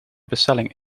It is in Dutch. bestelling